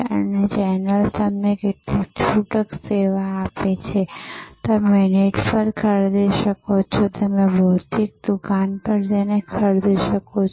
કેટલી ચેનલ છૂટક સેવા આપે છે તમે નેટ પર ખરીદી શકો છો તમે ભૌતિક દુકાન પર જઈ શકો છો